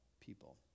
people